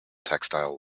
textile